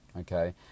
okay